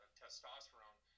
testosterone